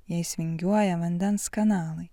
jais vingiuoja vandens kanalai